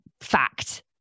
fact